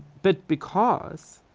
but because